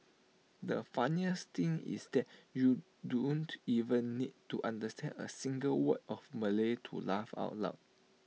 the funniest thing is that you don't even need to understand A single word of Malay to laugh out loud